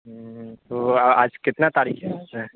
تو آج کتنا تاریخ ہے سے